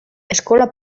eskola